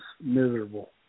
miserable